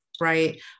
right